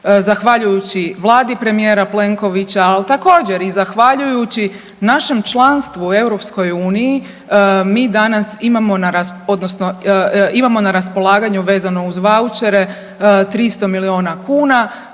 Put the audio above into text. zahvaljujući Vladi premijera Plenkovića, ali i zahvaljujući našem članstvu u EU mi danas imamo na raspolaganju vezano uz vouchere 300 milijuna kuna